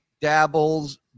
dabbles